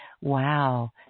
Wow